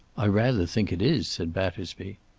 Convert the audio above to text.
i rather think it is, said battersby.